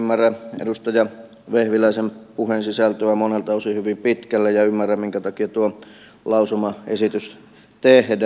ymmärrän edustaja vehviläisen puheen sisältöä monelta osin hyvin pitkälle ja ymmärrän minkä takia tuo lausumaesitys tehdään